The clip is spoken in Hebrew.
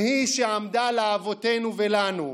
והיא שעמדה לאבותינו ולנו,